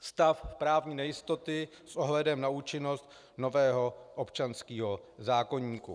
stav právní nejistoty s ohledem na účinnost nového občanského zákoníku.